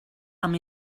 amb